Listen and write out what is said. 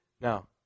Now